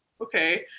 okay